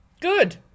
Good